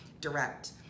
direct